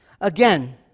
Again